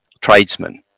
tradesmen